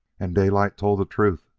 and daylight told the truth,